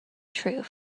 truth